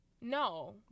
No